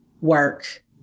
work